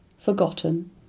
forgotten